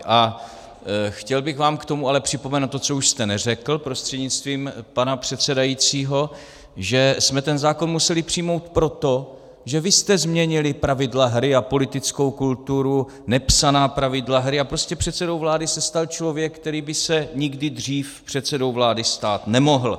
A chtěl bych vám k tomu ale připomenout to, co už jste neřekl prostřednictvím pana předsedajícího, že jsme ten zákon museli přijmout proto, že vy jste změnili pravidla hry a politickou kulturu, nepsaná pravidla hry, a předsedou vlády se stal člověk, který by se nikdy dřív předsedou vlády stát nemohl.